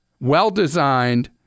well-designed